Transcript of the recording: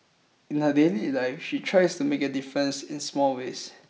in her daily life she tries to make a difference in small ways